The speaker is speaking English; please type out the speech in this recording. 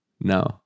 No